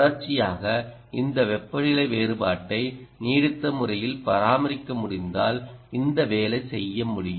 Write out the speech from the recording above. தொடர்ச்சியாகஇந்த வெப்பநிலை வேறுபாட்டை நீடித்த முறையில் பராமரிக்க முடிந்தால் இந்த வேலை செய்ய முடியும்